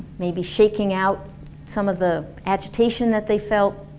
maybe shaking out some of the agitation that they felt